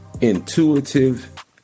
intuitive